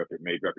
made